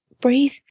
breathe